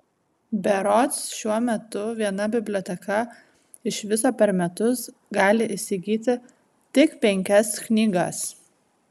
berods šiuo metu viena biblioteka iš viso per metus gali įsigyti tik penkias knygas